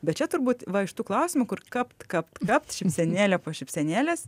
bet čia turbūt va iš šitų klausimų kur kapt kapt kapt šypsenėlė po šypsenėlės